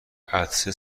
عطسه